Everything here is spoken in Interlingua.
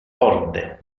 corde